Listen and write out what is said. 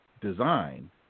design